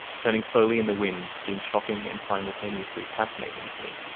turning slowly in the wind, seemed shocking and simultaneously fascinating, to me.